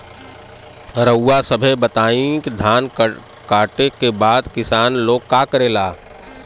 रउआ सभ बताई धान कांटेके बाद किसान लोग का करेला?